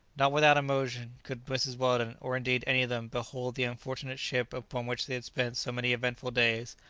not without emotion could mrs. weldon, or indeed any of them, behold the unfortunate ship upon which they had spent so many eventful days,